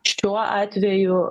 šiuo atveju